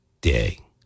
day